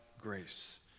grace